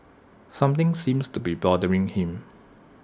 something seems to be bothering him